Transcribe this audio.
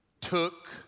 took